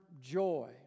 joy